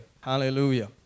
Hallelujah